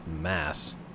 mass